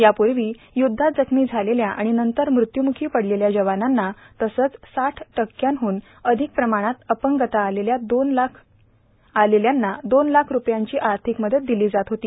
यापूर्वी यूद्वात जखमी झालेल्या आणि नंतर मृत्यूमुखी पडलेल्या जवानांना तसंच साठ टक्क्यांहन अधिक प्रमाणात अपंगता आलेल्यांना दोन लाख रूपयांची आर्थिक मदत दिली जात होती